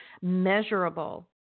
measurable